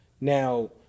Now